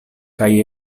kaj